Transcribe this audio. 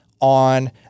on